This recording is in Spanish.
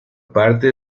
parte